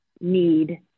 need